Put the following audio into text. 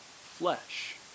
flesh